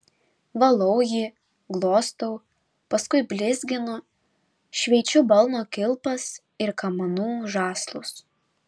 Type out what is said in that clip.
valau jį glostau paskui blizginu šveičiu balno kilpas ir kamanų žąslus